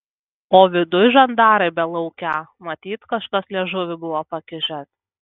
o viduj žandarai belaukią matyt kažkas liežuvį buvo pakišęs